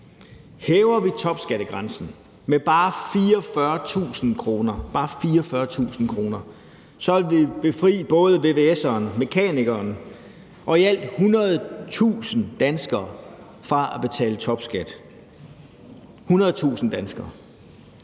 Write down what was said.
Hæver vi topskattegrænsen med bare 44.000 kr. – bare 44.000 kr. – så vil vi befri både vvs'eren, mekanikeren og i alt 100.000 danskere fra at betale topskat; 100.000 danskere.